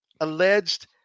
alleged